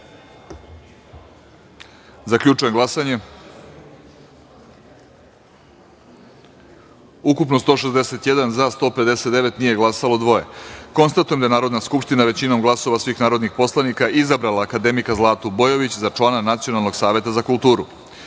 glasanje: ukupno – 161, za – 159, nije glasalo - dvoje. Konstatujem da je Narodna skupština većinom glasova svih narodnih poslanika izabrala akademika Zlatu Bojović za člana Nacionalnog saveta za kulturu. Stavljam